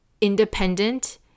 independent